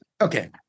Okay